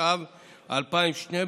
התשע"ב 2012,